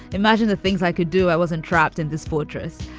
imagine the things i could do. i wasn't trapped in this fortress.